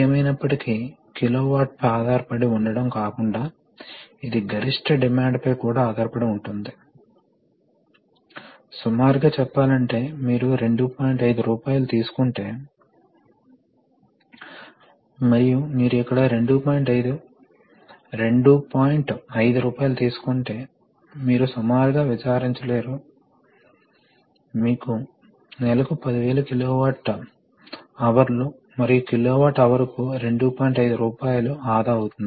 చాలా విలక్షణమైన valve case studies ను చూస్తే ఇది చాలా ప్రామాణికం ఇది డబుల్ యాక్టింగ్ సిలిండర్ మరియు డబుల్ యాక్టింగ్ అంటే మనం దీనిని ఈ విధంగా అలాగే ఈ విధంగా తరలించాల్సిన అవసరం ఉంది కాబట్టి ఇక్కడ మనం కనెక్ట్ చేసాము మరియు ఇది టు పోర్ట్ వాల్వ్ ఇది three port valve three way valve 2 position ఉంది కాబట్టి ఇది దీనికి కనెక్ట్ చేయవచ్చు ఈ పొసిషన్ దీన్ని దీనికి కనెక్ట్ చేస్తుంది మరియు ఈ వైపు కనెక్ట్ అవుతుంది కాబట్టి అవి వాస్తవానికి స్వతంత్రంగా ఉంటాయి కాబట్టి ఈ వాల్వ్స్ పొసిషన్లను బట్టి చూపిన పొసిషన్ లో ఉంటే ఈ వైపు కూడా ప్రెషర్ ఉంటుంది